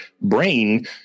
brain